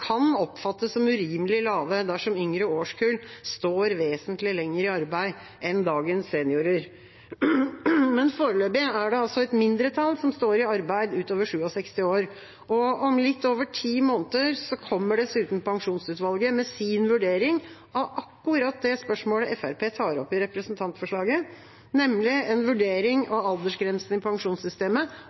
kan oppfattes som urimelig lave dersom yngre årskull står vesentlig lenger i arbeid enn dagens seniorer. Foreløpig er det et mindretall som står i arbeid utover 67 år. Om litt over ti måneder kommer dessuten pensjonsutvalget med sin vurdering av akkurat det spørsmålet Fremskrittspartiet tar opp i representantforslaget, nemlig en vurdering av aldersgrensene i pensjonssystemet